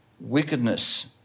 Wickedness